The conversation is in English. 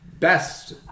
best